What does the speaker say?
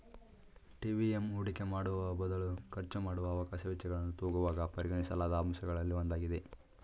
TVM ಹೂಡಿಕೆ ಮಾಡುವಬದಲು ಖರ್ಚುಮಾಡುವ ಅವಕಾಶ ವೆಚ್ಚಗಳನ್ನು ತೂಗುವಾಗ ಪರಿಗಣಿಸಲಾದ ಅಂಶಗಳಲ್ಲಿ ಒಂದಾಗಿದೆ